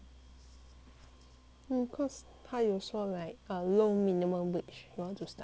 mm cause 他有说 like low minimum wage he want to start